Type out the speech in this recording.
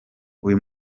uyu